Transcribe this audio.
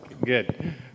Good